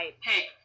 hey